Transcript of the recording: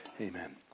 Amen